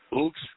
Oops